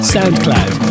SoundCloud